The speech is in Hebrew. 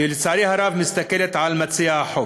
ולצערי הרב מסתכלת על מציע החוק.